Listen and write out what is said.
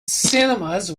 cinemas